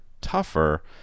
tougher